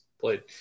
played